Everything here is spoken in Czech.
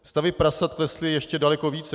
Stavy prasat klesly ještě daleko více.